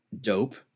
dope